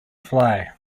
fly